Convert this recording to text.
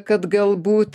kad galbūt